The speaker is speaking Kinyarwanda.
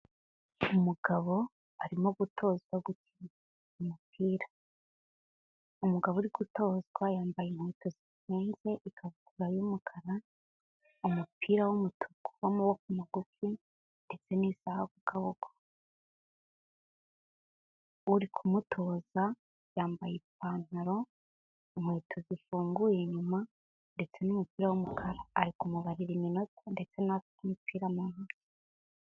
Umugabo arimo gutozwa gukina umupira, umugabo uri gutozwa yambaye inkweto zifunze, ikabutura y'umukara, umupira w'umutuku w'amaboko magufi, ndetse n'isaaha ku kaboko, uri kumutoza yambaye ipantaro, inkweto zifunguye inyuma, ndetse n'umupira w'umukara, ari kumubarira iminota ndetse na we afite umupira mu ntoki.